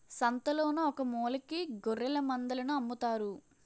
సంతలోన ఒకమూలకి గొఱ్ఱెలమందలను అమ్ముతారు